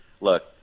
look